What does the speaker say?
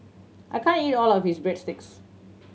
I can't eat all of this Breadsticks